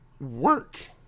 work